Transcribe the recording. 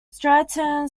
stratum